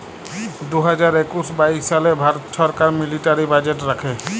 দু হাজার একুশ বাইশ সালে ভারত ছরকার মিলিটারি বাজেট রাখে